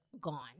gone